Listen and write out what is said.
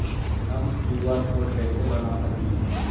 हम QR code कैसे बना सकली ही?